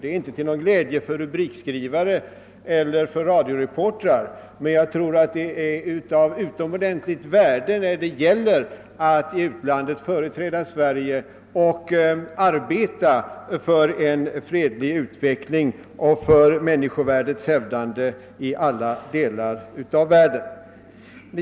Det är inte till någon glädje för rubrikskrivare eller radioreportrar, men jag tror att det är av utomordentlig vikt då det gäller att i utlandet företräda Sverige och arbeta för en fredlig utveckling och för människovärdets hävdande i alla delar av världen.